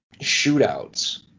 shootouts